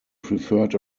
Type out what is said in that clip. preferred